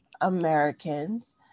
Americans